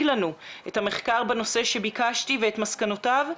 לנו את המחקר בנושא שביקשתי ואת מסקנותיו,